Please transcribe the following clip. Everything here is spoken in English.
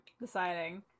deciding